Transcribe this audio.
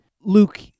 Luke